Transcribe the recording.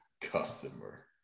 Customer